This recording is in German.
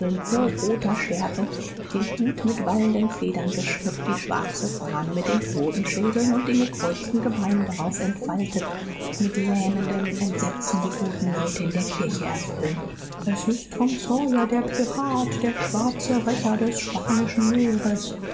hochroter schärpe den hut mit wallenden federn geschmückt die schwarze fahne mit den totenschädeln und den gekreuzten gebeinen darauf entfaltet mit lähmendem entsetzen die guten leute in der kirche erfüllen es ist tom sawyer der pirat der schwarze rächer des spanischen meeres